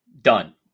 Done